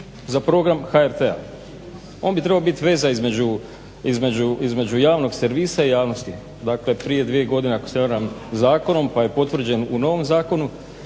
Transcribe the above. za program HRT-a, on bi trebao biti veza između javnog servis i javnosti. Dakle, prije 2 godine ako se ne varam zakonom pa je potvrđen u novom zakonu.